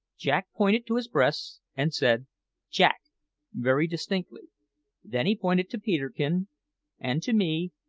jack pointed to his breast and said jack very distinctly then he pointed to peterkin and to me,